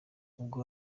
ubwo